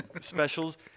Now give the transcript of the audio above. specials